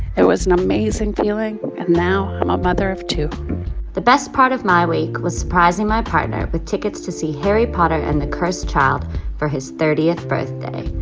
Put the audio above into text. it was an amazing feeling. and now i'm a mother of two the best part of my week was surprising my partner with tickets to see harry potter and the cursed child' for his thirtieth birthday.